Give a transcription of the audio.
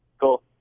Cool